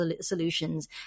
solutions